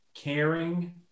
caring